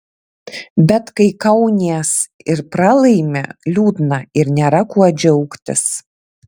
bet kai kaunies ir pralaimi liūdna ir nėra kuo džiaugtis